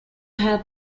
had